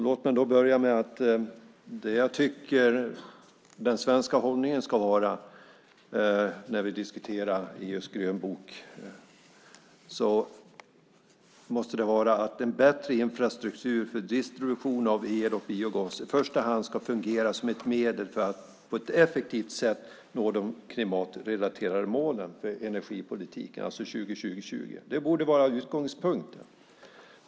Låt mig sedan säga att när vi diskuterar EU:s grönbok tycker jag att den svenska hållningen ska vara att en bättre infrastruktur för distribution av el och biogas i första hand ska fungera som ett medel för att på ett effektivt sätt nå de klimatrelaterade målen för energipolitiken, alltså 20-20-20. Det borde vara utgångspunkten.